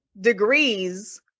degrees